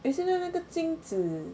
有些是哪个金子